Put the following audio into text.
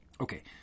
Okay